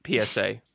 PSA